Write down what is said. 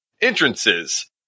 entrances